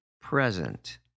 present